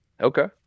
Okay